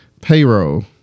payroll